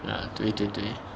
啊对对对